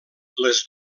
les